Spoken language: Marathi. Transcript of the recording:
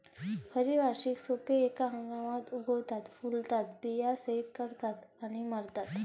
खरी वार्षिक रोपे एका हंगामात उगवतात, फुलतात, बिया सेट करतात आणि मरतात